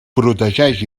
protegeix